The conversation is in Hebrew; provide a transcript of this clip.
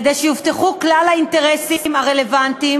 כדי שיובטחו כלל האינטרסים הרלוונטיים